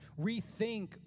rethink